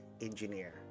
Engineer